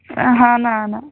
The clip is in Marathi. हा न हा ना